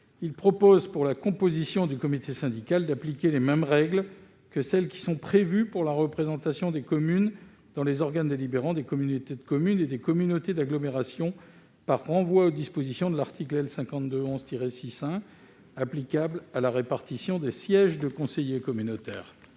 syndicats. Pour la composition du comité syndical, il tend à appliquer les mêmes règles que celles qui sont prévues pour la représentation des communes dans les organes délibérants des communautés de communes et des communautés d'agglomération, par renvoi aux dispositions de l'article L. 5211-6-1 applicables à la répartition des sièges des conseillers communautaires.